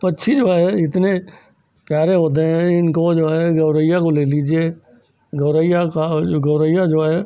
पक्षी जो है इतने प्यारे होते हैं इनको जो है गौरैया को ले लीजिए गौरैया का और जो गौरैया जो है